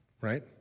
right